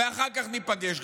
ואחר כך ניפגש.